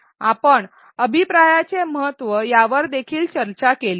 आपण अभिप्रायाचे महत्त्व यावर देखील चर्चा केली